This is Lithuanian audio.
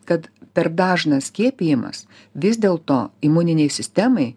kad per dažnas skiepijimas vis dėl to imuninei sistemai